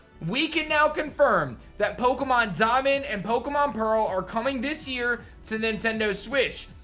we can now confirm that pokemon diamond and pokemon pearl are coming this year to nintendo switch.